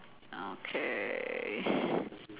okay